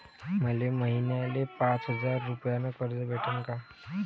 मले महिन्याले पाच हजार रुपयानं कर्ज भेटन का?